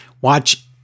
watch